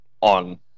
on